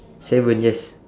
seven yes